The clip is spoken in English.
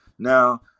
Now